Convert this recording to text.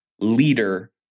leader